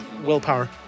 Willpower